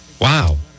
Wow